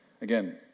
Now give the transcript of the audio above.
Again